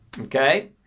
okay